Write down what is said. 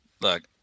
look